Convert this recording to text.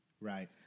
Right